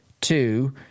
two